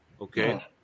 Okay